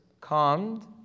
calmed